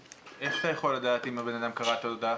איך אתה יכול לדעת אם הבנאדם קרא את ההודעה?